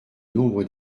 nombre